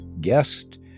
guest